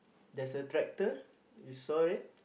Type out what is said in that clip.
there's a tractor you saw it